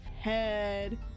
head